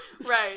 Right